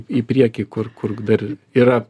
į priekį kur kur dar yra